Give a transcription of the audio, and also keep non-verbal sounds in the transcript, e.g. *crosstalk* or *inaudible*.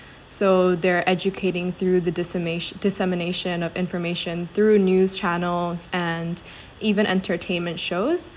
so they're educating through the dissemnati~ dissemination of information through news channels and *breath* even entertainment shows